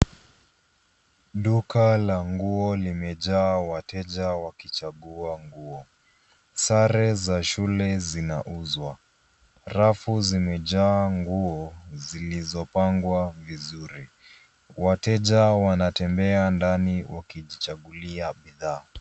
Duka la nguo limejaa wateja wakichagua nguo. Sare za shule zinakuzwa. Rafu za nguo zimejaa nguo zilizopangwa vizuri, wateja wanatembea ndani wakijichagulia bidhaa.